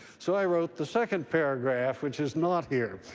so i wrote the second paragraph, which is not here,